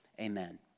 Amen